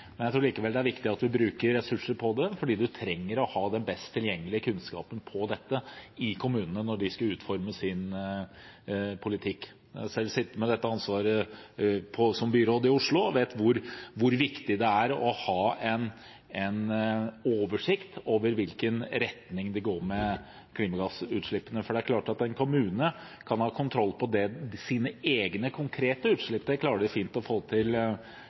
Jeg tror likevel det er viktig at vi bruker ressurser på det, for vi trenger å ha den best tilgjengelige kunnskapen om dette i kommunene når de skal utforme sin politikk. Jeg har selv sittet med dette ansvaret som byråd i Oslo, og vet hvor viktig det er å ha en oversikt over i hvilken retning det går med klimagassutslippene. I en kommune kan man ha kontroll over sine egne, konkrete utslipp. Det klarer de selv fint å få til